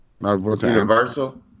Universal